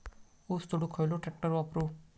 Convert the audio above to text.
ऊस तोडुक खयलो ट्रॅक्टर वापरू?